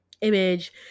image